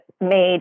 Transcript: made